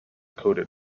coated